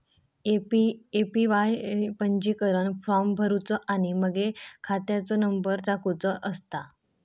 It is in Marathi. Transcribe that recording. ए.पी.वाय पंजीकरण फॉर्म भरुचो आणि मगे खात्याचो नंबर टाकुचो असता